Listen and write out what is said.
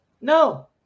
No